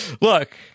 look